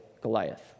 Goliath